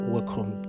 Welcome